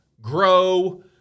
grow